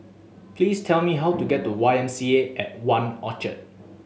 please tell me how to get to Y M C A at One Orchard